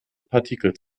partikel